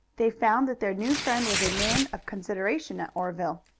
they found that their new friend was a man of consideration at oreville.